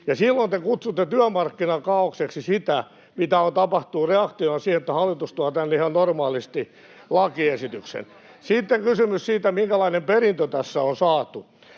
Ja silloin te kutsutte työmarkkinakaaokseksi sitä, mitä on tapahtunut reaktiona siihen, että hallitus tuo tänne ihan normaalisti lakiesityksen. [Aino-Kaisa Pekonen: Kyllä!] Sitten kysymys siitä, minkälainen perintö tässä on saatu.